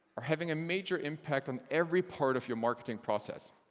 are having a major impact on every part of your marketing process.